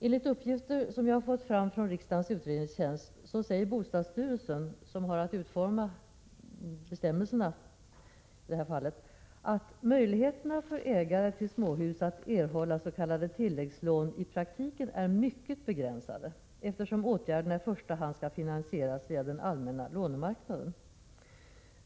Enligt uppgifter som riksdagens utredningstjänst tagit fram säger bostadsstyrelsen, som har att utforma bestämmelserna i det här fallet, att möjligheterna för ägarna till småhus att erhålla s.k. tilläggslån i praktiken är mycket begränsade, eftersom åtgärderna i första hand skall finansieras via den allmänna lånemarknaden.